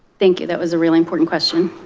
thank you. that was a really important question.